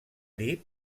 dir